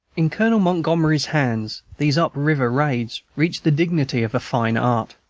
in colonel montgomery's hands these up-river raids reached the dignity of a fine art.